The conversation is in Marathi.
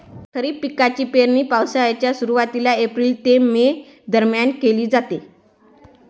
खरीप पिकांची पेरणी पावसाळ्याच्या सुरुवातीला एप्रिल ते मे दरम्यान केली जाते